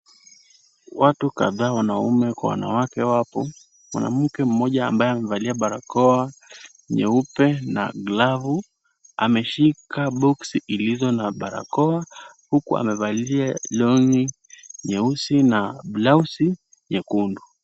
Watu kadhaa wanaume kwa wanawake wapo, mwanamke mmoja ambaye amevalia barakoa nyeupe na glavu, ameshika boksi iliyo na barakoa, huku amevalia long'i nyeusi na blauzi nyekundu.